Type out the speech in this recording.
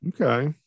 Okay